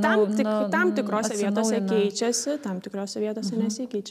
tam tik tam tikrose vietose keičiasi tam tikrose vietose nesikeičia